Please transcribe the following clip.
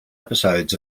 episodes